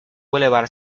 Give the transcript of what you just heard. bulevar